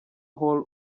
hall